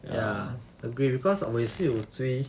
ya agree because 我也是有追